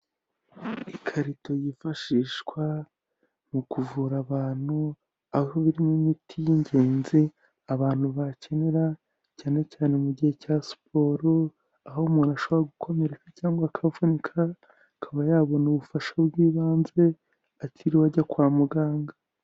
Ikarito yifashishwa mu kuvura abantu aho irimo imiti y'ingenzi abantu bakenera cyane cyane mu gihe cya siporo, aho umuntu ashobora gukomereka cyangwa akavunika, akaba yabona ubufasha bw'ibanze atiriwe ajya kwa muganga.